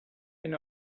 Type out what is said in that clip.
wenn